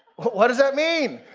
what is that mean?